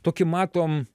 tokį matom